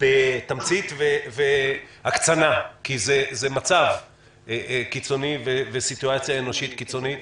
בתמצית והקצנה כי זה מצב קיצוני וסיטואציה אנושית קיצונית,